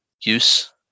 use